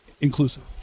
inclusive